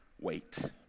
wait